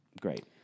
Great